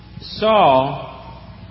Saul